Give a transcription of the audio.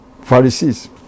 Pharisees